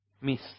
miss